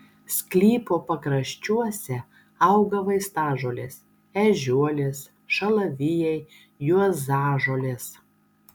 sklypo pakraščiuose auga vaistažolės ežiuolės šalavijai juozažolės